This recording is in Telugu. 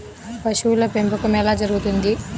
పశువుల పెంపకం ఎలా జరుగుతుంది?